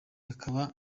akaba